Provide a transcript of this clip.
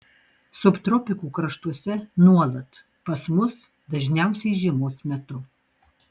subtropikų kraštuose nuolat pas mus dažniausiai žiemos metu